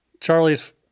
Charlie's